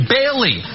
Bailey